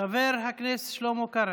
חבר הכנסת שלמה קרעי.